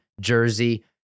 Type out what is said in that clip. jersey